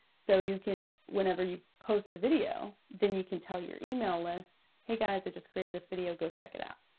so you can, whenever you post a video, then you can tell your email list, hey guys, i just created this video, go check it out.